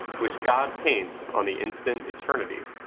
which god paints on the instant eternity,